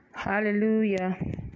hallelujah